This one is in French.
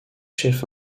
chef